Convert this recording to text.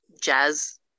jazz